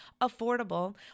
affordable